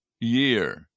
year